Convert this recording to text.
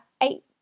eight